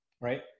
right